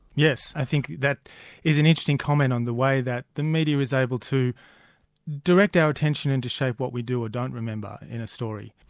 yes, i think that is an interesting comment on the way that the media is able to direct our attention into shape what we do or don't remember in a story.